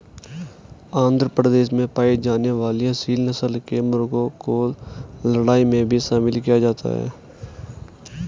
आंध्र प्रदेश में पाई जाने वाली एसील नस्ल के मुर्गों को लड़ाई में भी शामिल किया जाता है